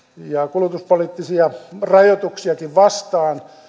kulutuspoliittisia rajoituksiakin vastaan